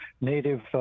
native